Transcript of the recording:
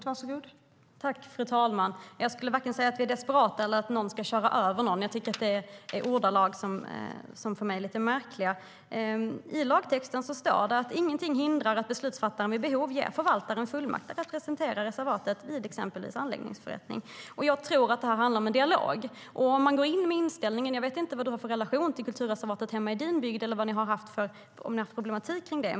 Fru talman! Jag skulle varken säga att vi är desperata eller att någon ska köra över någon. Det är ord som är lite märkliga. Det står så här i förslaget till lagtext: "Ingenting hindrar att beslutsfattaren vid behov ger förvaltaren fullmakt att representera reservatet vid t.ex. en anläggningsförrättning." Jag tror att det handlar om en dialog. Jag vet inte vilken relation du har till kulturreservatet i din hembygd, Ola Johansson, eller om ni har haft problematik kring det.